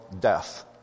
death